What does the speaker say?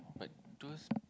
but those